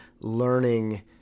learning